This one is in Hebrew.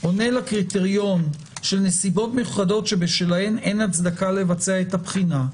עונה לקריטריון של נסיבות מיוחדות שבשלהן אין הצדקה לבצע את הבחינה,